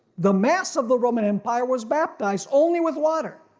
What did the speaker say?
the mass of the roman empire was baptized only with water,